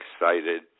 excited